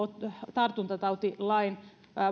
tartuntatautilain